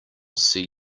see